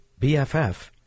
BFF